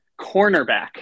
Cornerback